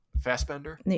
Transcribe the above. Fassbender